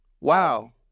Wow